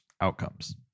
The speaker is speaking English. outcomes